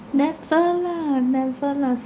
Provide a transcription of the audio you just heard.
never lah never lah